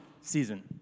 season